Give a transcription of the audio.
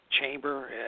chamber